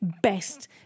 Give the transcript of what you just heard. best